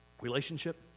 Relationship